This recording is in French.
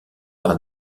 par